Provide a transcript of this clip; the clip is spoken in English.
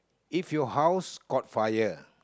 if your house caught fire